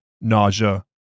nausea